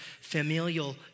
familial